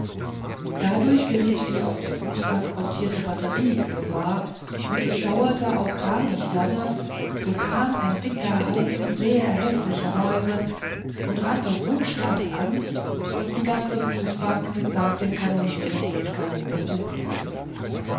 dadurch geriet die auf der fußbank postierte batterie in gefahr und es dauerte auch gar nicht lange so kam ein dicker haufe sehr häßlicher mäuse und rannte so stark an daß die ganze fußbank mitsamt den kanonieren und kanonen